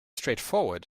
straightforward